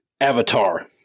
Avatar